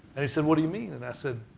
and he said, what do you mean? and i said,